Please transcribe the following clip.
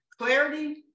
Clarity